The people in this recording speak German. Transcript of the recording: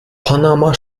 panama